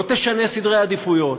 לא תשנה סדרי עדיפויות,